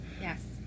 Yes